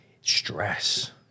stress